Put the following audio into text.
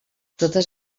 totes